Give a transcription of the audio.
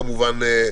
כמובן,